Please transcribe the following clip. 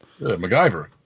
MacGyver